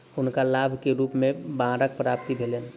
हुनका लाभ के रूप में बांडक प्राप्ति भेलैन